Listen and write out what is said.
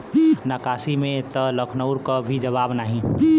नक्काशी में त लखनऊ क भी जवाब नाही